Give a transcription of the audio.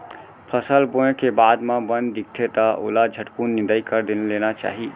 फसल बोए के बाद म बन दिखथे त ओला झटकुन निंदाई कर लेना चाही